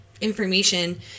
information